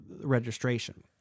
registration